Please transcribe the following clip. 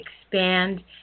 expand